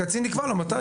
הקצין יקבע לו מתי.